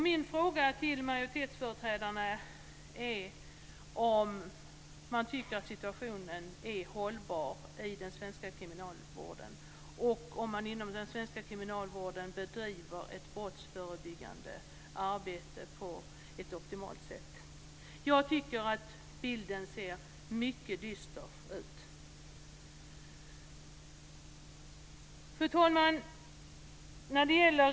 Min fråga till majoritetsföreträdaren är om man tycker att situationen är hållbar i den svenska kriminalvården och om man inom den svenska kriminalvården bedriver ett brottsförebyggande arbete på ett optimalt sätt. Jag tycker att bilden ser mycket dyster ut. Fru talman!